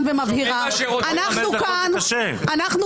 (חבר הכנסת גלעד קריב יוצא את אולם הוועדה,